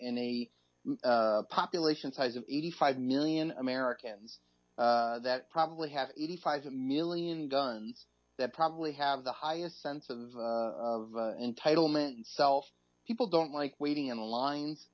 a population size of eighty five million americans that probably have eighty five million guns that probably have the highest sense of entitlement and self people don't like waiting in lines